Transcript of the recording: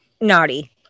naughty